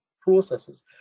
processes